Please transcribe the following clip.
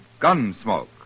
Gunsmoke